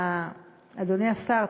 אדוני השר,